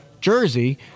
Jersey